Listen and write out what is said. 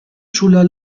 sulla